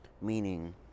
meaning